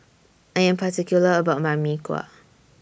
I Am particular about My Mee Kuah